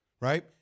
right